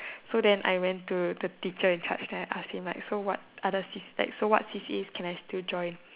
so then I went to the teacher in charge and asked him so what other C_C what C_C_As can I still join